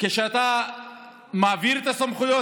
כפי שהתקבלה להחזיר את הסמכויות,